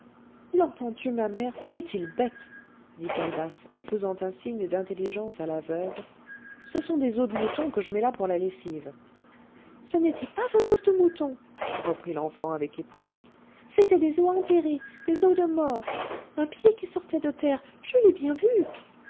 l'entends-tu ma mère est-il bête dit calebasse en faisant un signe d'intelligence à la veuve ce sont des os de mouton que je mets là pour la lessive ce n'était pas un os de mouton reprit l'enfant avec épouvante c'étaient des os enterrés des os de mort un pied qui sortait de terre je l'ai bien vu